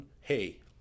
hey